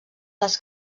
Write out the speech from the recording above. les